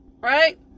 right